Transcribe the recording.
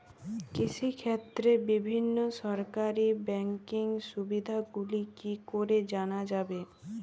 কৃষিক্ষেত্রে বিভিন্ন সরকারি ব্যকিং সুবিধাগুলি কি করে জানা যাবে?